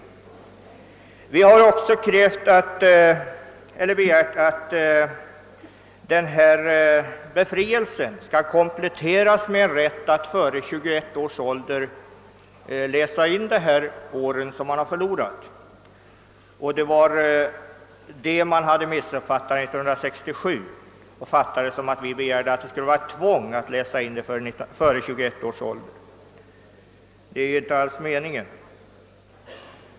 Vi har också begärt att denna befrielse skall kompletteras med rätt att före 21 års ålder läsa in de årskurser som man har förlorat. Det var detta förslag utskottet hade missförstått år 1967, då det fattade det som att vi begärde att det skulle råda ett tvång att läsa in kurserna före 21 års ålder. Det är inte alls meningen.